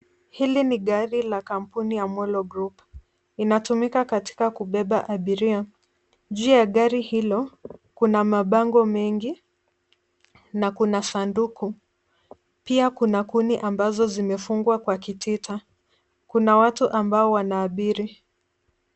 Hili ni gari la kampuni ya Molo Group . Inatumika katika kubeba abiria. Jua ya gari hilo kuna mabango mengi na kuna sanduku. Pia kuna kuni ambazo zimefungwa kwa kitita. Kuna watu ambao wanaabiri.